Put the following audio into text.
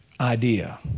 idea